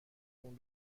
خون